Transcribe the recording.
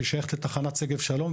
ששייכת לתחנת שגב שלום,